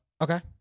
Okay